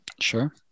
sure